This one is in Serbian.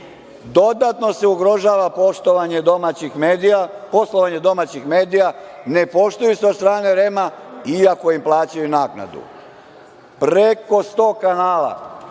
dodatno se ugrožava poslovanje domaćih medija, ne poštuje se od strane REM-a iako im plaćaju naknadu. Preko 100 kanala